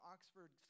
Oxford